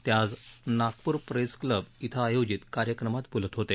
ते आज Nagpur press club इथं आयोजित कार्यक्रमात बोलत होते